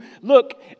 look